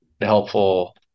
helpful